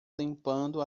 limpando